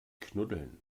knuddeln